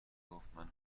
گفتمن